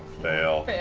fail,